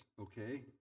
okay